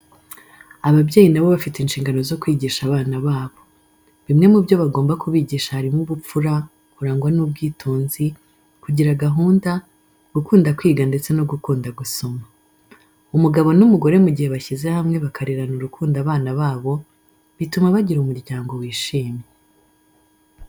Ababyeyi na bo bafite inshigano zo kwigisha abana babo. Bimwe mu byo bagomba kubigisha harimo ubupfura, kurangwa n'ubwitonzi, kugira gahunda, gukunda kwiga ndetse no gukunda gusoma. Umugabo n'umugore mu gihe bashyize hamwe bakarerana urukundo abana babo, bituma bagira umuryango wishimye.